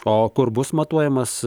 o kur bus matuojamas